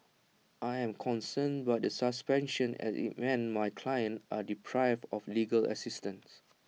I am concerned by the suspension as IT means my clients are deprived of legal assistance